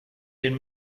den